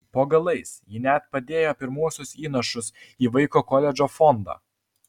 po galais ji net padėjo pirmuosius įnašus į vaiko koledžo fondą